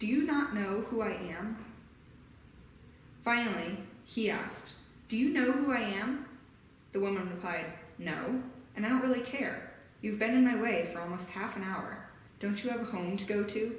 do you not know who i am finally he asked do you know who i am the woman by now and i don't really care you've been away for almost half an hour don't you have a home to go to